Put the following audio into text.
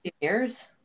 years